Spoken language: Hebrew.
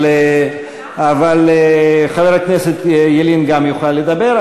אבל חבר הכנסת ילין גם יוכל לדבר,